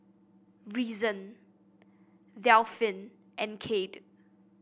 Reason Delphin and Kade